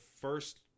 first